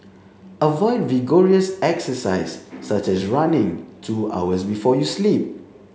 avoid vigorous exercise such as running two hours before you sleep